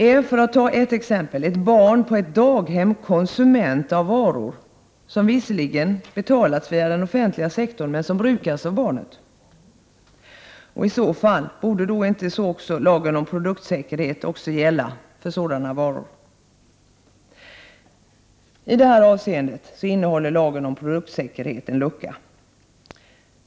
Är -— för att ta ett exempel — ett barn på ett daghem konsument av varor som visserligen betalats via den offentliga sektorn men som brukas av barnet? I så fall borde väl lagen om produktsäkerhet gälla även för sådana varor? I detta avseende innehåller lagen om produktsäkerhet en lucka.